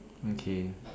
okay